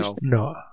No